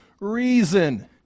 reason